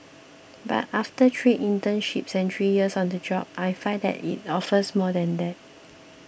but after three internships and three years on the job I find that it offers more than that